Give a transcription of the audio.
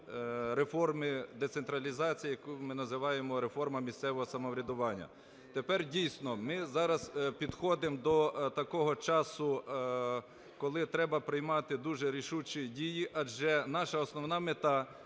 реформи децентралізації, яку ми називаємо реформа місцевого самоврядування. Тепер дійсно, ми зараз підходимо до такого часу, коли треба приймати дуже рішучі дії. Адже наша основна мета